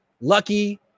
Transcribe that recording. lucky